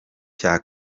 cya